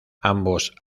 ambos